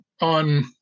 on